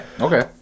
Okay